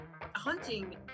Hunting